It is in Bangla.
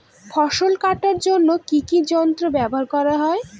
ফসল কাটার জন্য কি কি যন্ত্র ব্যাবহার করা হয়?